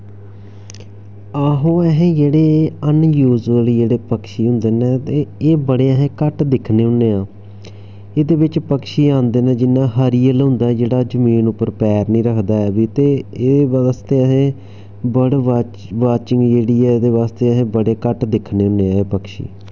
आहो अस जेह्ड़े अनयूजअल जेह्ड़े पक्षी होंदे न ते एह् बड़े अस घट्ट दिक्खने होन्ने आं एह्दे बिच्च पक्षी औंदे न जि'यां हरियल होंदा जेह्ड़ा जमीन उप्पर पैर निं रखदा ऐ बी ते एह्दे बास्तै असें बर्ड वाच वाचिंग जेह्ड़ी ऐ एह्दे बास्तै अस बड़े घट्ट दिक्खने होन्ने आं एह् पक्षी